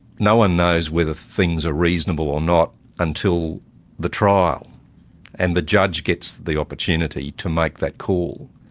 no one knows whether things are reasonable or not until the trial and the judge gets the opportunity to make that call,